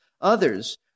others